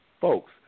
Folks